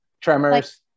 Tremors